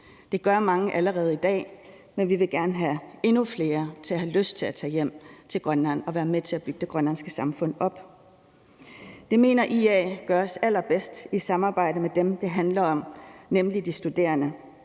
Det gør mange allerede i dag, men vi vil gerne have, at endnu flere får lyst til at tage hjem til Grønland og være med til at bygge det grønlandske samfund op. Det mener IA gøres allerbedst i samarbejde med dem, det handler om, nemlig de studerende;